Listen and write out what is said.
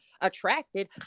attracted